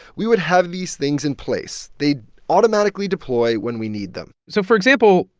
we would have these things in place. they'd automatically deploy when we need them so, for example,